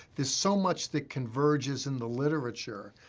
there's so much that converges in the literature.